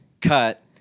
cut